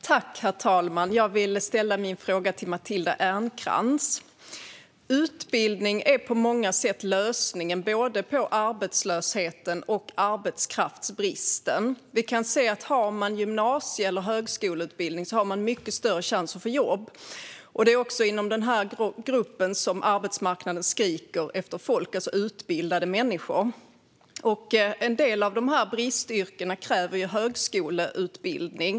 Herr talman! Jag vill ställa min fråga till Matilda Ernkrans. Utbildning är på många sätt lösningen på både arbetslösheten och arbetskraftsbristen. Vi kan se att om man har gymnasie eller högskoleutbildning har man mycket större chans att få jobb. Det är också inom den gruppen som arbetsmarknaden skriker efter utbildade människor. En del av bristyrkena kräver högskoleutbildning.